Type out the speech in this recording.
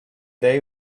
they